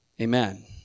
amen